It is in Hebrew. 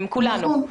כולנו.